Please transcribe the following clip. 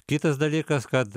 kitas dalykas kad